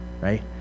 right